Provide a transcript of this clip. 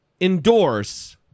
endorse